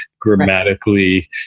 Grammatically